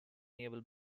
naval